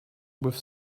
with